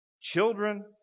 children